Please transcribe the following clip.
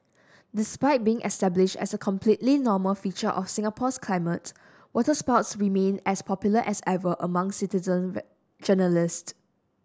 despite being established as a completely normal feature of Singapore's climate waterspouts remain as popular as ever among citizen journalists